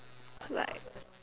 like